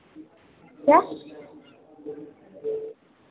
क्या